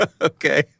Okay